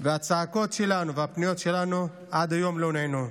והצעקות שלנו והפניות שלנו עד היום לא נענו.